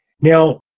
now